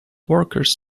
workers